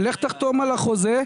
תחתום על החוזה,